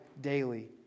daily